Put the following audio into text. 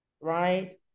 right